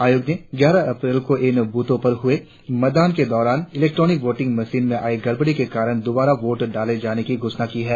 आयोग ने ग्यारह अप्रैल को इन ब्रथों पर हुए मतदान के दौरान इलेक्ट्रोनिक वोटिंग मशीनों में आई गड़बड़ी के कारण दोबारा वोट डाले जाने की घोषणा की है